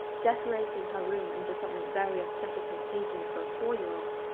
decorated her room into something very aesthetically pleasing for a four year old,